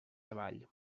savall